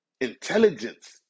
intelligence